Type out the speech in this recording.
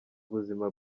ubuzima